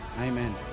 Amen